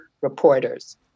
reporters